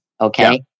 okay